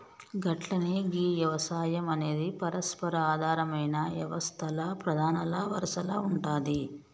గట్లనే గీ యవసాయం అనేది పరస్పర ఆధారమైన యవస్తల్ల ప్రధానల వరసల ఉంటాది